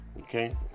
Okay